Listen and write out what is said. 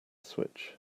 switch